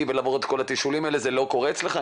ולמרות כל התשאולים האלה זה לא קורה אצלך,